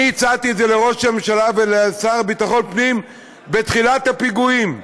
אני הצעתי את זה לראש הממשלה ולשר לביטחון פנים בתחילת הפיגועים.